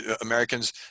americans